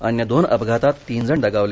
अन्य दोन अपघतात तीनजण दगावले